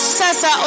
sasa